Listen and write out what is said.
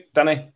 Danny